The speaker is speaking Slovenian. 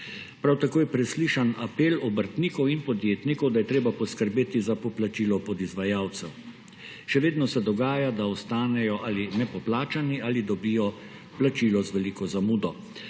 Prav tako je preslišan apel obrtnikov in podjetnikov, da je treba poskrbeti za poplačilo podizvajalcev. Še vedno se dogaja, da ostanejo ali nepoplačani ali dobijo plačilo z veliko zamudo.